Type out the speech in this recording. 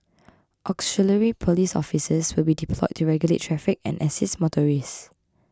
auxiliary police officers will be deployed to regulate traffic and assist motorists